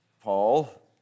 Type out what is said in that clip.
Paul